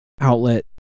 outlet